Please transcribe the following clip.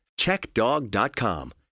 Checkdog.com